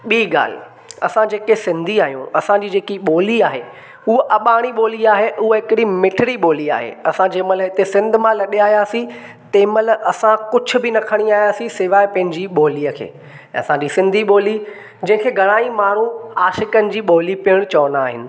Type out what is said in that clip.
ॿीं ॻाल्हि असां जेके सिंधी आहियूं असांजी जेकी ॿोली आहे उहो अॿाणी ॿोली आहे उहो हिकिड़ी मिठिड़ी ॿोली आहे असां जंहिं महिल हिते सिंध मां लढे आहियासीं तंहिं महिल असां कुझु बि न खणी आहियासीं सवाइ पंहिंजी ॿोलीअ खे असांजी सिंधी ॿोली जंहिंखें घणा ई माण्हू आशिक़नि जी ॿोली बि चवंदा आहिनि